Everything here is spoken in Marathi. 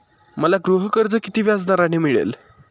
मला गृहकर्ज किती व्याजदराने मिळेल?